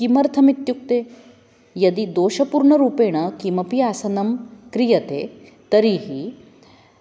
किमर्थमित्युक्ते यदि दोषपूर्णरूपेण किमपि आसनं क्रियते तर्हि